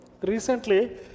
recently